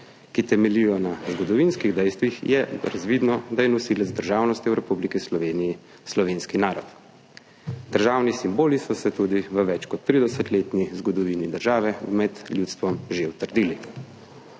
ki temeljijo na zgodovinskih dejstvih, je razvidno, da je nosilec državnosti v Republiki Sloveniji slovenski narod. Državni simboli so se tudi v več kot 30-letni zgodovini države med ljudstvom že utrdili.